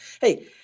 Hey